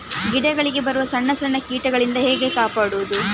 ಗಿಡಗಳಿಗೆ ಬರುವ ಸಣ್ಣ ಸಣ್ಣ ಕೀಟಗಳಿಂದ ಹೇಗೆ ಕಾಪಾಡುವುದು?